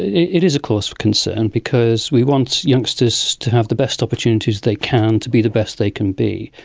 it is a cause for concern because we want youngsters to have the best opportunities they can to be the best they can be.